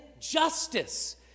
justice